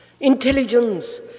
intelligence